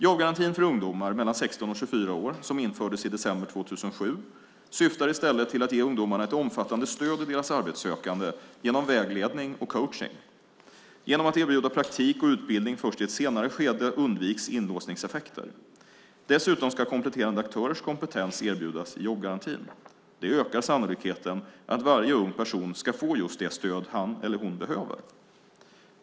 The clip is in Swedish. Jobbgarantin för ungdomar mellan 16 och 24 år, som infördes i december 2007, syftar i stället till att ge ungdomarna ett omfattande stöd i deras arbetssökande genom vägledning och coachning. Genom att erbjuda praktik och utbildning först i ett senare skede undviks inlåsningseffekter. Dessutom ska kompletterande aktörers kompetens erbjudas i jobbgarantin. Det ökar sannolikheten att varje ung person ska få just det stöd han eller hon behöver.